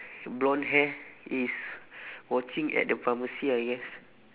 blonde hair is watching at the pharmacy I guess